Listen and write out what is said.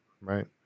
right